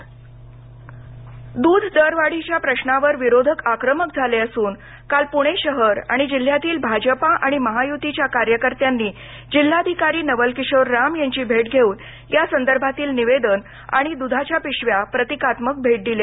द्ध दूध दरवाढीच्या प्रश्नावर विरोधक आक्रमक झाले असून काल पुणे शहर आणि जिल्ह्यातील भाजपा आणि महायुतीच्या कार्यकर्त्यांनी जिल्हाधिकारी नवल किशोर राम यांची भेट घेऊन या संदर्भातील निवेदन आणि दूधाच्या पिशव्या प्रतिकात्मक भेट दिल्या